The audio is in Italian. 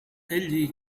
egli